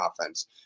offense